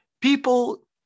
People